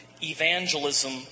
evangelism